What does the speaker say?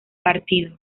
partido